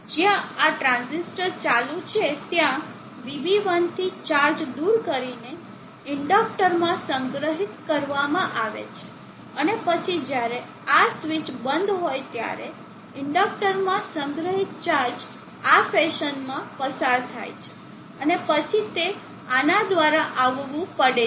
જ્યાં આ ટ્રાંઝિસ્ટર ચાલુ છે ત્યાં VB1 થી ચાર્જ દુર કરીને ઇન્ડકટરમાં સંગ્રહિત કરવામાં આવે છે અને પછી જ્યારે આ સ્વીચ બંધ હોય ત્યારે ઇન્ડક્ટરમાં સંગ્રહિત ચાર્જ આ ફેશનમાં પસાર થાય છે અને પછી તે આના દ્વારા આવવું પડે છે